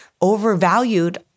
overvalued